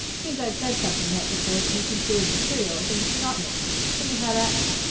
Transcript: seems i'd said something night before that he considered material but he'd forgotten it so he had at me.